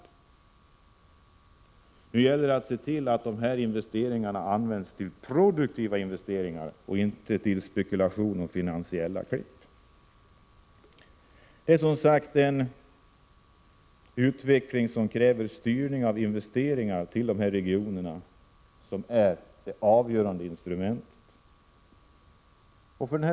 Det gäller att se till att pengarna används till produktiva investeringar, inte till spekulation och finansiella klipp. Det som krävs är som sagt en styrning av investeringar till de eftersatta regionerna.